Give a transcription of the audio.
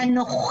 מושלמים,